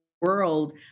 world